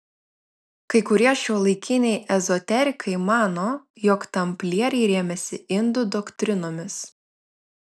kai kurie šiuolaikiniai ezoterikai mano jog tamplieriai rėmėsi indų doktrinomis